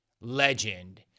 Legend